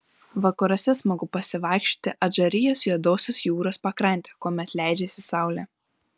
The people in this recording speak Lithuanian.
vakaruose smagu pasivaikščioti adžarijos juodosios jūros pakrante kuomet leidžiasi saulė